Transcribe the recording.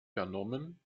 vernommen